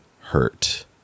hurt